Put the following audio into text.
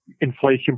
inflation